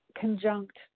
conjunct